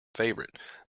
favorite